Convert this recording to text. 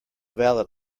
valid